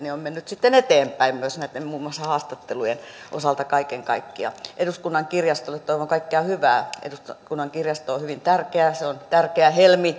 on mennyt eteenpäin myös muun muassa näitten haastattelujen osalta kaiken kaikkiaan eduskunnan kirjastolle toivon kaikkea hyvää eduskunnan kirjasto on hyvin tärkeä se on tärkeä helmi